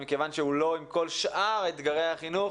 ומכיוון שהוא לא עם שאר אתגרי החינוך,